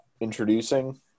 introducing